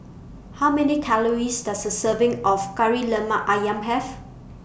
How Many Calories Does A Serving of Kari Lemak Ayam Have